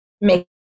make